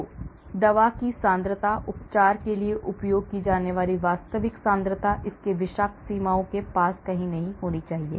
तो दवा की सांद्रता उपचार के लिए उपयोग की जाने वाली वास्तविक सांद्रता इसके विषाक्त सीमाओं के पास कहीं नहीं होनी चाहिए